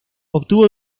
obtuvo